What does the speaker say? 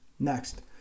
Next